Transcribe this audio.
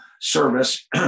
service